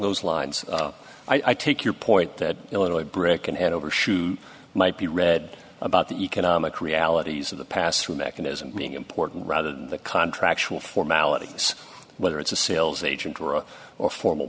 those lines i take your point that illinois brick and overshoot might be read about the economic realities of the past through mechanisms being important rather than the contract formalities whether it's a sales agent or a or formal